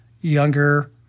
younger